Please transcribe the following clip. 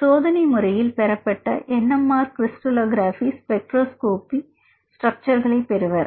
சோதனை முறையில் பெறப்பட்ட N M R crystallography spectroscopy NMR Crystallography or Spectroscopy ஸ்ட்ரக்சர்களை பெறுவர்